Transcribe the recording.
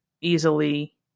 easily